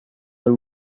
the